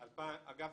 2008-2019 אגב,